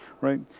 right